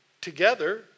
together